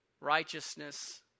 righteousness